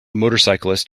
motorcyclist